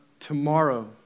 tomorrow